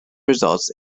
results